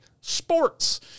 sports